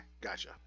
Gotcha